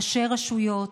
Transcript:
ראשי רשויות,